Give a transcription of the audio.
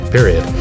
Period